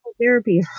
Therapy